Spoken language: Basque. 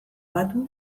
batu